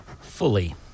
Fully